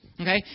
Okay